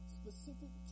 specific